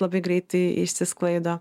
labai greitai išsisklaido